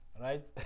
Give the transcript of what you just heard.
right